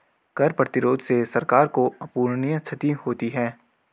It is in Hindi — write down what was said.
कर प्रतिरोध से सरकार को अपूरणीय क्षति होती है